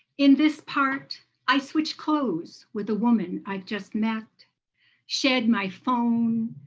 in this part i switch clothes with a woman i just met shed my phone,